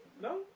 No